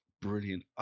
Brilliant